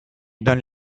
dans